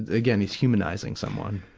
again, it's humanizing someone.